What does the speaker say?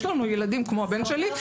יש לנו ילדים כמו הבן שלי,